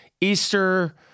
Easter